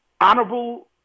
honorable